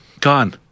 gone